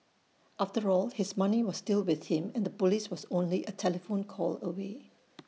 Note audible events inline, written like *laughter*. after all his money was still with him and Police was only A telephone call away *noise*